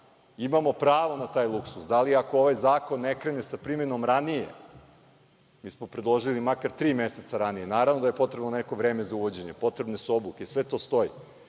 imamo pravo na taj luksuz? Da li ako ovaj zakon ne krene sa primenom ranije, mi smo predložili makar tri meseca ranije, naravno da je potrebno neko vreme za uvođenje, potrebne su obuke, sve to stoji,